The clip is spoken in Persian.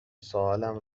سوالم